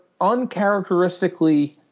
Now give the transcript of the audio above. uncharacteristically